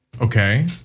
Okay